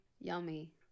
yummy